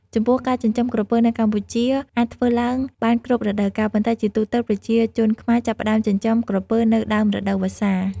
ចំពោះការចិញ្ចឹមក្រពើនៅកម្ពុជាអាចធ្វើឡើងបានគ្រប់រដូវកាល ប៉ុន្តែជាទូទៅ ប្រជាជនខ្មែរចាប់ផ្ដើមចិញ្ចឹមក្រពើនៅ ដើមរដូវវស្សា។